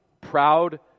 proud